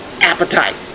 appetite